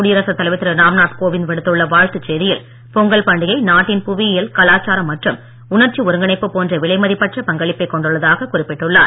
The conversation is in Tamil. குடியரசு தலைவர் திரு ராம் நாத் கோவிந்த் விடுத்துள்ள வாழ்த்துச் செய்தியில் பொங்கல் பண்டிகை நாட்டின் புவியியல் கலாச்சாரம் மற்றும் ஒருங்கிணைப்பு போன்ற விலைமதிப்பற்ற உணர்ச்சி பங்களிப்பை கொண்டுள்ளதாக குறிப்பிட்டுள்ளார்